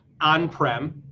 on-prem